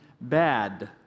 bad